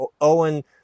Owen